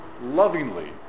lovingly